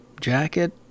jacket